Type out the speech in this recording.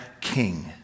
King